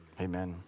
Amen